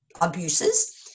abuses